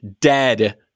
Dead